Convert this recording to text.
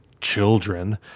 children